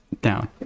Down